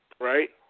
Right